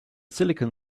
silicon